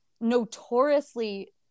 notoriously